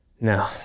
No